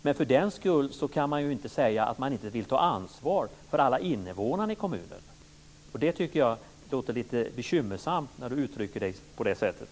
Men för den skull kan man inte säga att man inte vill ta ansvar för alla invånare i kommunen. Jag tycker att det är bekymmersamt när han uttrycker sig på det sättet.